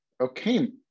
okay